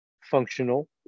functional